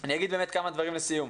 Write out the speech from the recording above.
אני אגיד כמה דברים לסיום.